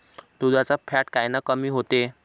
दुधाचं फॅट कायनं कमी होते?